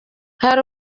hari